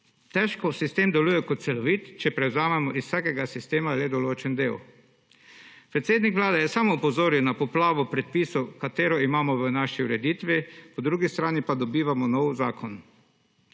Težko sistem deluje kot celovit, če prevzamemo iz vsakega sistema le določen del. Predsednik Vlade je sam opozoril na poplavo predpisov, ki jo imamo v naši ureditvi, po drugi strani pa dobivamo nov zakon.